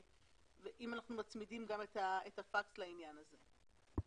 אם אנחנו מצמידים גם את הפקס לעניין הזה.